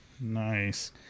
Nice